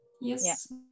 Yes